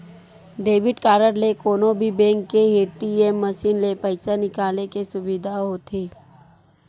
debit card ले कोनो भी बेंक के ए.टी.एम मसीन ले पइसा निकाले के सुबिधा होथे